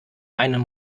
einem